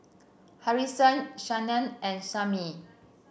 Harrison and Samie